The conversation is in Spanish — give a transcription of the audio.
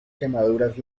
quemaduras